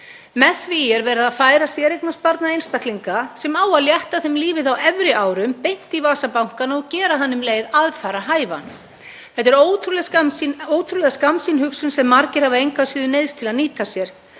Með því er verið að færa séreignarsparnað einstaklinga sem á að létta þeim lífið á efri árum beint í vasa bankanna og gera hann um leið aðfararhæfan. Þetta er ótrúlega skammsýn hugsun sem margir hafa engu að síður neyðst til að nýta sér.